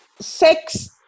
sex